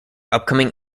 upcoming